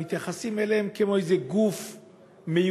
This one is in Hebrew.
מתייחסים אליהם כמו אל איזה גוף מיותר,